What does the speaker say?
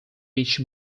each